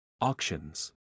Auctions